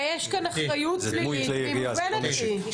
ויש כאן אחריות פלילית והיא מובנת לי.